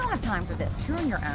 time for this, you're on your